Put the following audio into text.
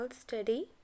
study